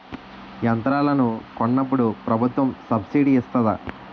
యంత్రాలను కొన్నప్పుడు ప్రభుత్వం సబ్ స్సిడీ ఇస్తాధా?